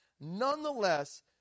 nonetheless